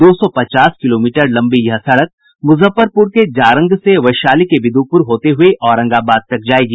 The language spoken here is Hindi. दो सौ पचास किलोमीटर लंबी यह सड़क मुजफ्फरपुर के जारंग से वैशाली के बिदुपुर होते हुए औरंगाबाद तक जायेगी